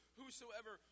whosoever